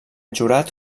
jurat